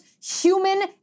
human